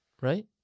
right